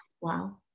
Wow